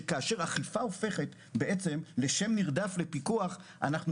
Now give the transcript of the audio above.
שכאשר אכיפה הופכת לשם נרדף לפיקוח אנחנו